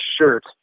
shirt